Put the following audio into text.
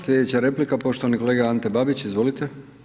Slijedeća replika, poštovani kolega Ante Babić, izvolite.